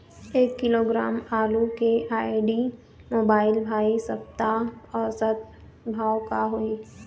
एक किलोग्राम आलू के आईडी, मोबाइल, भाई सप्ता औसत भाव का होही?